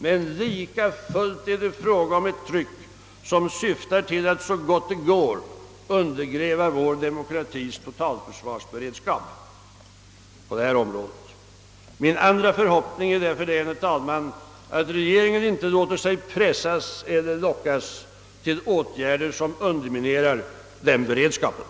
Men lika fullt är det fråga om ett tryck som syftar till att så gott det går undergräva vår demokratis totalförsvarsberedskap, på detta område. Min andra förhoppning är därför, herr talman, att regeringen inte låter sig pressas till åtgärder som underminerar den beredskapen.